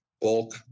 bulk